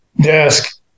desk